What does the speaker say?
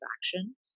action